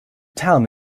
town